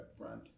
upfront